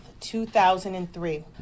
2003